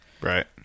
Right